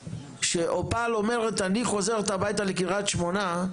כשאופל אומרת אני חוזרת הביתה לקריית שמונה,